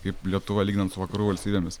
kaip lietuva lyginant su vakarų valstybėmis